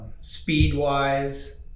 speed-wise